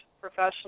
professional